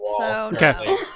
okay